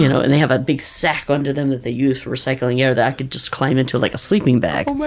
you know and they have a big sack under them that they use for recycling air that i could just climb into like a sleeping bag.